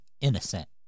innocent